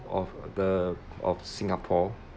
of the of singapore